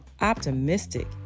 optimistic